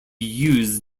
used